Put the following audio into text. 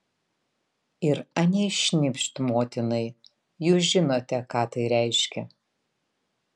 ir anei šnipšt motinai jūs žinote ką tai reiškia